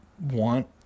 want